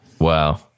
wow